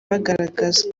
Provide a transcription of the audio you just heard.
bagaragaza